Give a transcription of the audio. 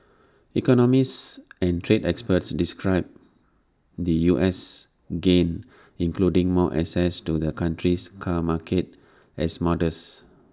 economists and trade experts described the US's gains including more access to the country's car market as modest